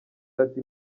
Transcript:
ati